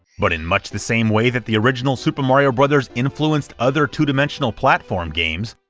but in much the same way that the original super mario bros influenced other two dimensional platform games,